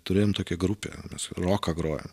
turėjom tokią grupę roką grojo